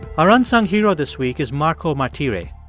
our unsung hero this week as marco martire.